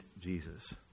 Jesus